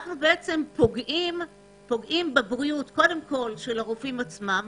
אנחנו פוגעים בבריאות של הרופאים עצמם,